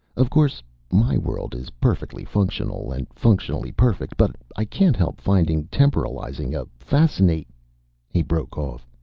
of course my world is perfectly functional and functionally perfect, but i can't help finding temporalizing a fascina he broke off.